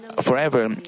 forever